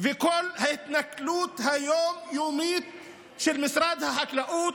ואת כל ההתנכלות היום-יומית של משרד החקלאות,